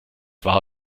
wahr